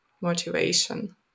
motivation